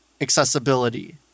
accessibility